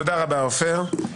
תודה רבה, עופר.